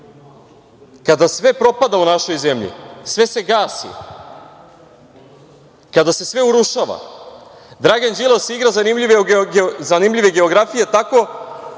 kada sve propada u našoj zemlji, sve se gasi, kada se sve urušava, Dragan Đilas igra zanimljive geografije tako